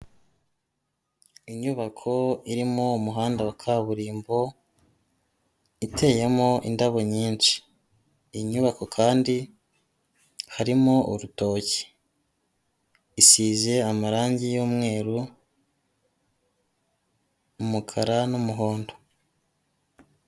Inyubako irimo umuhanda wa kaburimbo, iteyemo indabo nyinshi, inyubako kandi harimo urutoki, isize amarangi y'umweru, umukara n'umuhondo.